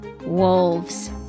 Wolves